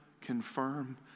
confirm